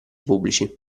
pubblici